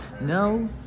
No